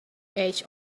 edge